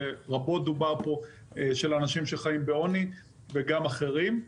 שרבות דובר פה על אנשים שחיים בעוני וגם אחרים.